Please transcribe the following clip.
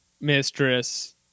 mistress